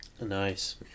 Nice